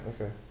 okay